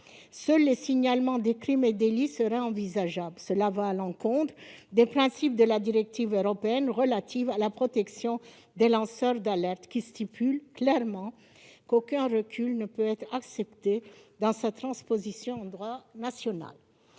Seul le signalement des crimes et délits sera ainsi envisageable, ce qui va à l'encontre des principes de la directive européenne relative à la protection des lanceurs d'alerte, laquelle prévoit clairement qu'aucun recul ne peut être accepté dans sa transposition en droit national.